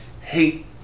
hate